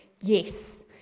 yes